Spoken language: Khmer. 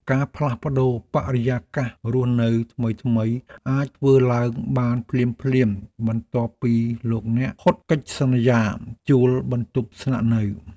ការផ្លាស់ប្តូរបរិយាកាសរស់នៅថ្មីៗអាចធ្វើឡើងបានភ្លាមៗបន្ទាប់ពីលោកអ្នកផុតកិច្ចសន្យាជួលបន្ទប់ស្នាក់នៅ។